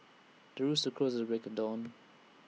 the rooster crows at the break of dawn